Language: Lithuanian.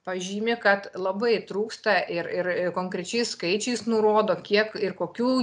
pažymi kad labai trūksta ir ir konkrečiais skaičiais nurodo kiek ir kokių